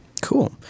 Cool